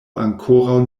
ankoraŭ